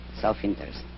self-interest